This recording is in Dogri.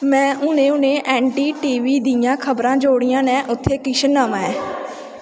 में हुनै हुनै ऐन्न डी टी वी दियां ख़बरां जोड़ियां न उत्थै किश नमां ऐ